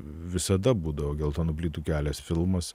visada būdavo geltonų plytų kelias filmas